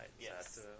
Yes